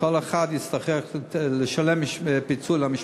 כל אחד יצטרך לשלם פיצוי למשפחה.